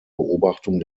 beobachtung